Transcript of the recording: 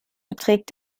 beträgt